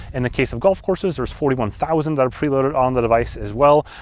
in the case of golf courses there's forty one thousand that are pre-loaded on the device as well.